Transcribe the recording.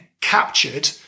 captured